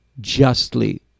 justly